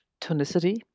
tonicity